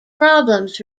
problems